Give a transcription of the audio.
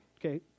okay